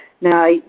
Now